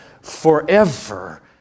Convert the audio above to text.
forever